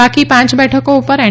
બાકી પાંચ બેઠકો પર એન